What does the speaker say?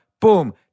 Boom